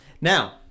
Now